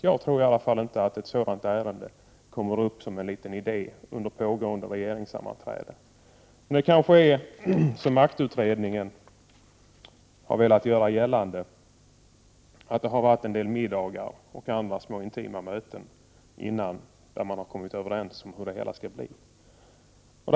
Jag tror i alla fall inte att ett sådant ärende kommer upp som en liten idé under pågående regeringssammanträde. Det kanske är som maktutredningen har velat göra gällande, att det förekommit en del middagar och andra små intima möten där man kommit överens om hur frågan skall ordnas.